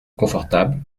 confortable